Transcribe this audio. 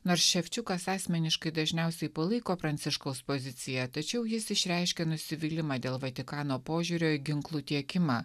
nors ševčiukas asmeniškai dažniausiai palaiko pranciškaus poziciją tačiau jis išreiškė nusivylimą dėl vatikano požiūrio į ginklų tiekimą